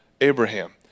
Abraham